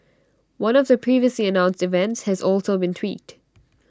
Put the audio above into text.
one of the previously announced events has also been tweaked